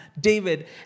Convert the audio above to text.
David